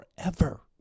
forever